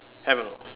have or not